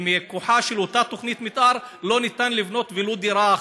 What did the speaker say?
ומכוחה של אותה תוכנית מתאר לא ניתן לבנות ולו דירה אחת,